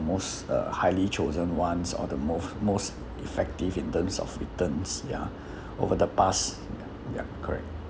most uh highly chosen ones or the most most effective in terms of returns ya over the past ya correct